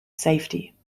safety